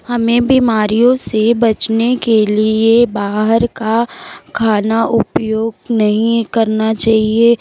हमें बीमारियों से बचने के लिए बाहर का खाना उपयोग नहीं करना चाहिए